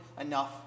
enough